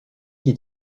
qui